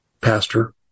pastor